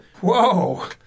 whoa